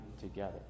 together